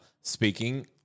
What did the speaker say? speaking